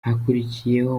hakurikiyeho